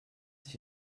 sich